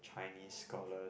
Chinese scholars